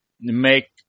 make